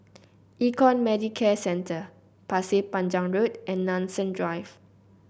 Econ Medicare Centre Pasir Panjang Road and Nanson Drive